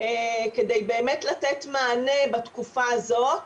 כדי באמת לתת מענה בתקופה הזאת,